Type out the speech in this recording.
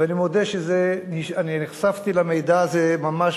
ואני מודה שנחשפתי למידע הזה ממש